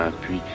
puis